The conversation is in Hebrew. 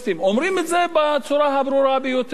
אומרים את זה בצורה הברורה ביותר.